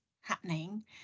happening